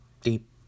deep